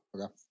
Okay